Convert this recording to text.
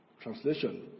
translation